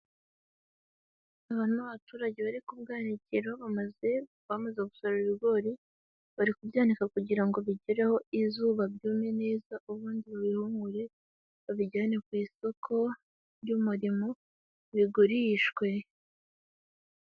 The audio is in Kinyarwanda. Aba ni abaturage bari ku bwanikiro, bamaze, bamaze gusarura ibigori, bari kubyanika, kugira ngo bigereho izuba byume neza, ubundi bihumire babijyane ku isoko ry'umurimo, bigurishwe.